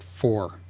four